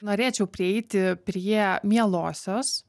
norėčiau prieiti prie mielosios